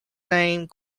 named